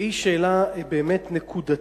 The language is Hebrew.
והיא שאלה נקודתית,